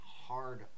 hard